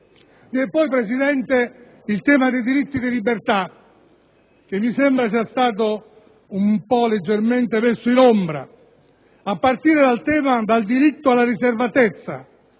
signor Presidente, il tema dei diritti di libertà, che mi sembra sia stato leggermente messo in ombra, a partire dal diritto alla riservatezza,